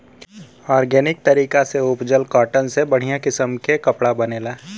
organic तरीका से उपजल कॉटन से बढ़िया किसम के कपड़ा बनेला